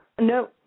No